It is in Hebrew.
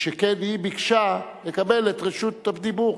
שכן היא ביקשה לקבל את רשות הדיבור.